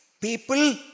people